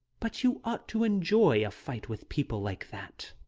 but you ought to enjoy a fight with people like that.